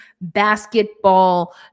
basketball